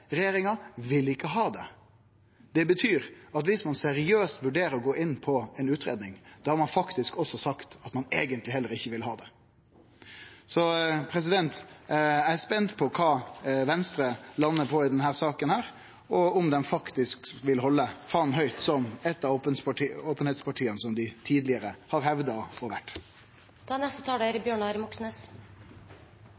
Det betyr at viss ein seriøst vurderer å gå inn på ei utgreiing, har ein faktisk også sagt at ein eigentleg heller ikkje vil ha det. Eg er spent på kva Venstre landar på i denne saka, og om dei faktisk vil halde fana høgt som eit av openheitspartia, som dei tidlegare har hevda å vere. Overgangene mellom politikk og